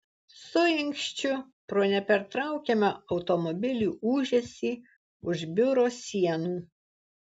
suinkščiu pro nepertraukiamą automobilių ūžesį už biuro sienų